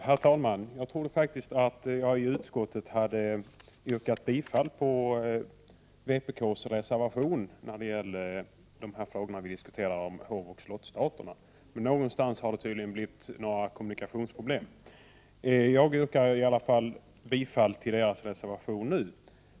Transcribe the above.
Herr talman! Jag trodde faktiskt att jag i utskottet hade yrkat bifall till vpk:s reservation i fråga om hovoch slottsstaterna. Någonstans har det tydligen uppstått kommunikationsproblem. Jag yrkar i alla fall nu bifall till vpk:s reservation.